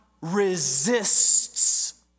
resists